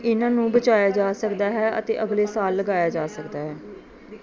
ਇਨ੍ਹਾਂ ਨੂੰ ਬਚਾਇਆ ਜਾ ਸਕਦਾ ਹੈ ਅਤੇ ਅਗਲੇ ਸਾਲ ਲਗਾਇਆ ਜਾ ਸਕਦਾ ਹੈ